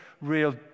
real